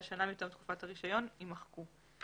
שנה מתום תקופת תוקף הרישיון" יימחקו.